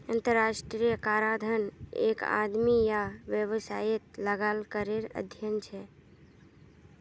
अंतर्राष्ट्रीय कराधन एक आदमी या वैवसायेत लगाल करेर अध्यन छे